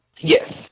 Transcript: Yes